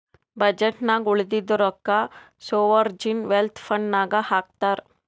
budget ನಾಗ್ ಉಳದಿದ್ದು ರೊಕ್ಕಾ ಸೋವರ್ಜೀನ್ ವೆಲ್ತ್ ಫಂಡ್ ನಾಗ್ ಹಾಕ್ತಾರ್